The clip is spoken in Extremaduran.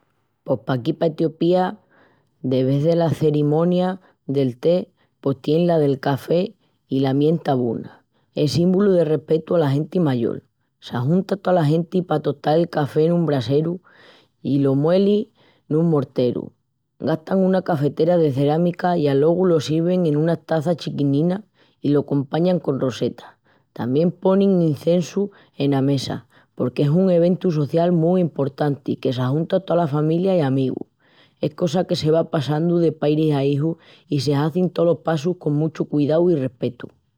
Pos paquí pa Etiopía de vés dela cerimonia del té pos tienin la del café i la mientan Buna. Es símbolu de respetu ala genti mayol. S'ajunta tola genti pa tostal el café nun braseru yi lo mueli nun morteru. Gastan una cafetera de cerámica i alogu lo sirvin en unas taças chiquininas i lo compañan con rosetas. Tamién ponin incensu ena mesa, porque es un eventu social mu emportanti qu'ajunta tola familia i amigus. Es cosa que se va passandu de pairis a ijus i se hazin tolos passus con muchu cudiu i respetu.